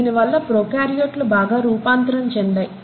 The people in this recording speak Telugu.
దీని వలన ప్రోకార్యోట్లు బాగా రూపాంతరం చెందాయి